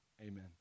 amen